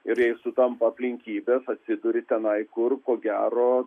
ir jei sutampa aplinkybės atsiduri tenai kur ko gero